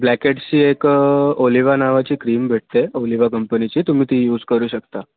ब्लॅकहेड्सचे एक ओलेवा नावाची क्रीम भेटते ओलेवा कंपनीची तुम्ही ती यूज करू शकता